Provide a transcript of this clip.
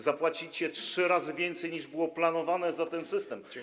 Zapłacicie trzy razy więcej, niż było planowane, za ten system.